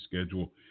schedule